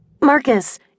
Marcus